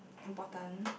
important